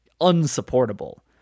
unsupportable